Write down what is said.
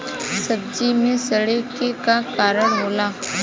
सब्जी में सड़े के का कारण होला?